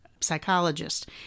psychologist